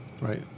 Right